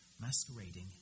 masquerading